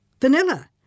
Vanilla